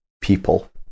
people